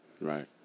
Right